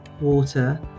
water